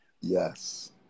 Yes